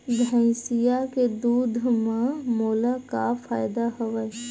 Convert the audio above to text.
भैंसिया के दूध म मोला का फ़ायदा हवय?